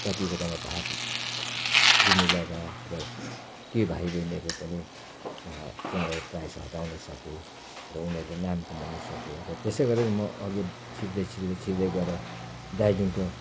प्रतियोगितामा भाग लिनु लगाएँ र त्यो भाइबहिनीहरूले पनि त्यहाँबाट प्राइज हत्याउनु सके र उनीहरूले नाम कमाउनु सके र त्यसै गरेर म अघि छिर्दै छिर्दै छिर्दै गएर दार्जिलिङको